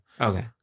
okay